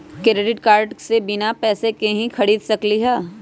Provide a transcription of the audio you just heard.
Credit card से बिना पैसे के ही खरीद सकली ह?